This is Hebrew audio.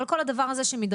אבל כל הדבר הזה שמתדרדר,